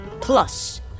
Plus